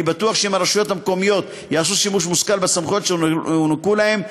אני בטוח שאם הרשויות המקומיות יעשו שימוש מושכל בסמכויות שהוענקו להן,